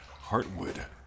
Heartwood